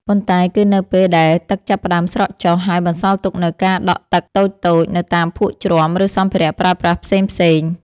ប៉ុន្តែគឺនៅពេលដែលទឹកចាប់ផ្តើមស្រកចុះ ហើយបន្សល់ទុកនូវការដក់ទឹកតូចៗនៅតាមភក់ជ្រាំ ឬសម្ភារៈប្រើប្រាស់ផ្សេងៗ។